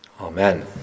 Amen